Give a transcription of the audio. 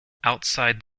outside